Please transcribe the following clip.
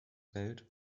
welt